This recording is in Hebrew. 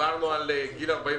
שפוטרו לפני תקופת